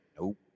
nope